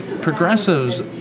Progressives